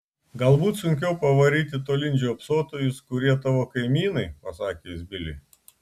galbūt sunkiau pavaryti tolyn žiopsotojus kurie tavo kaimynai pasakė jis biliui